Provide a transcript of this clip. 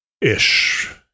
ish